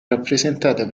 rappresentata